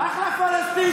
אחלה פלסטיזי.